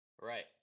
right